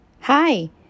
Hi